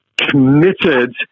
committed